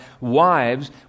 wives